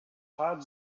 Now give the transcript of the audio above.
todd